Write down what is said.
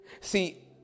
See